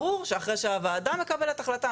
ברור שאחרי שהוועדה מקבלת החלטה,